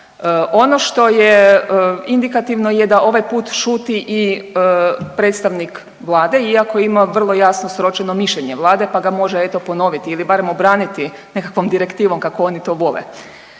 Ono što je indikativno je da ovaj put šuti i predstavnik Vlade iako ima vrlo jasno sročeno mišljenje Vlade pa ga može, eto, ponoviti ili barem obraniti nekakvom direktivom kako oni to vole.